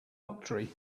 octree